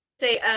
say